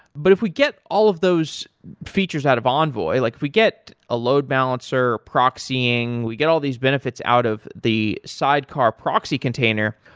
but if we get all of those features out of envoy, like we get a load balance or proxying, we get all these benefits out of the sidecar proxy container,